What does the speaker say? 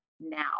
now